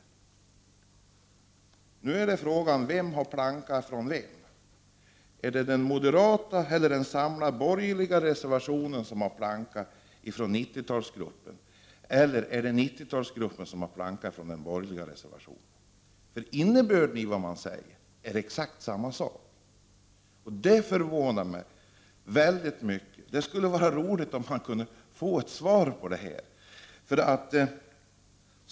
Frågan är nu vem som har plankat av vem. Har den samlade borgerliga reservationen plankat av 90-talsgruppen, eller har 90-talsgruppen plankat av den borgerliga reservationen? Innebörden i de båda skrivningarna är exakt densamma. Det förvånar mig mycket. Det skulle vara roligt att få ett svar på detta.